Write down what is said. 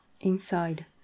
inside